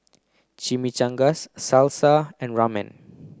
Chimichangas Salsa and Ramen